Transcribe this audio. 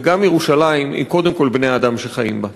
וגם ירושלים היא קודם כול בני-האדם שחיים שם.